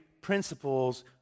principles